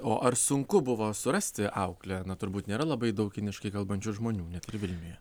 o ar sunku buvo surasti auklę na turbūt nėra labai daug kiniškai kalbančių žmonių net ir vilniuje